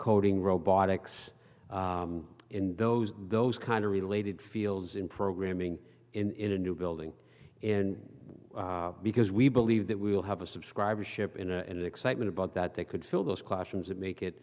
coding robotics in those those kind of related fields in programming in a new building and because we believe that we will have a subscribership in and excitement about that they could fill those classrooms and make it